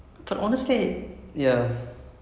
no eh but I think for a show like that